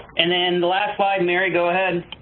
and then the last slide, merry, go ahead.